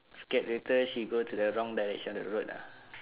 scared later she go to the wrong direction of the road ah